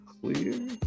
clear